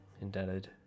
indebted